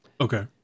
Okay